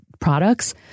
products